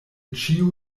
ĉiu